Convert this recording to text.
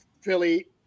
Philly